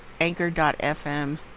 anchor.fm